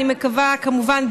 כמובן,